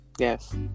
Yes